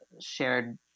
shared